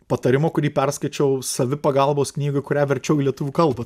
patarimo kurį perskaičiau savipagalbos knygoj kurią verčiau į lietuvių kalbą